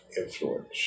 influence